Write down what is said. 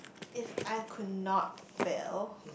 if I could not fail